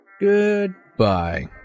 Goodbye